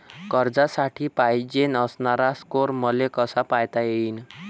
कर्जासाठी पायजेन असणारा स्कोर मले कसा पायता येईन?